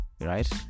right